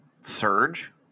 Surge